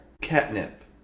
catnip